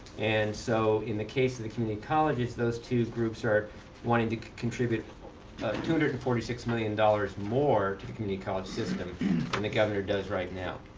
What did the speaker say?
and so in the case of the community colleges those two groups are wanting to contribute two hundred and forty six million dollars more to the community college system than and the governor does right now.